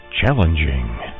Challenging